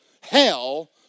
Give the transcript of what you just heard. Hell